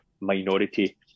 minority